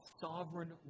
sovereign